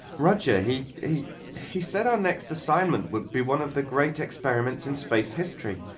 roger he he said our next assignment would be one of the great experiments in space history.